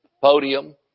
podium